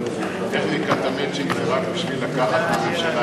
טכניקת ה"מצ'ינג" זה רק בשביל לקחת מהממשלה.